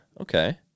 Okay